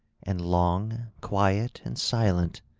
and long, quiet and silent,